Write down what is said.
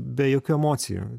be jokių emocijų